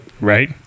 Right